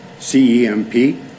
CEMP